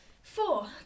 four